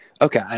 Okay